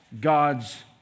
God's